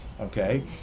okay